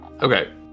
okay